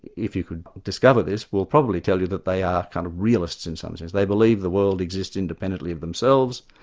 if you can discover this, will probably tell you that they are kind of realists in some sense, they believe the world exists independently of themselves,